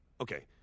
okay